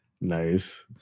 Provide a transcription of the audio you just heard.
Nice